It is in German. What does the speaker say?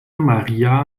maria